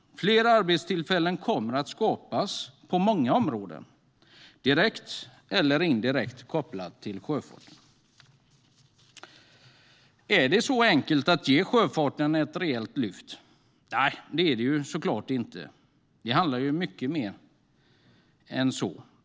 Fler arbetstillfällen kommer att skapas på många områden direkt eller indirekt kopplade till sjöfarten. Är det så enkelt att ge sjöfarten ett reellt lyft? Nej, det är det såklart inte. Det handlar om mycket mer än så.